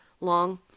long